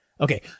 Okay